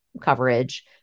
coverage